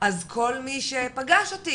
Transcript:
אז כל מי שפגש אותי,